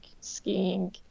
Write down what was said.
skiing